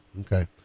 okay